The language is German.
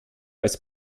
als